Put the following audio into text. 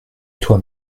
toi